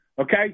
Okay